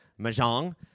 Mahjong